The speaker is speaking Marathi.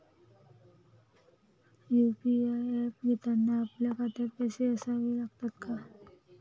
यु.पी.आय ऍप घेताना आपल्या खात्यात पैसे असावे लागतात का?